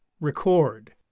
record